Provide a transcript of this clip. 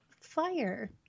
fire